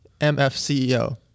MFCEO